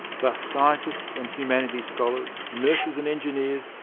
thus scientists and humanities scholars, nurses and engineers,